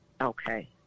Okay